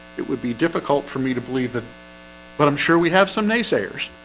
it would be difficult for me to believe that but i'm sure we have some naysayers